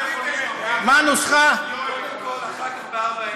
אחר כך, בארבע עיניים.